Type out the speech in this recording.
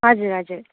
हजुर हजुर